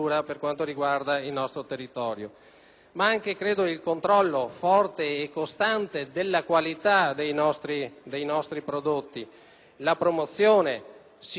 anche per il controllo forte e costante della qualità dei nostri prodotti; la loro promozione è sicuramente un valore aggiunto, ma anche la